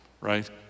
right